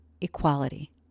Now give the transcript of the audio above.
equality